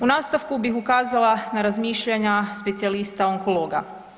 U nastavku bih ukazala na razmišljanja specijalista onkologa.